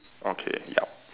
okay yup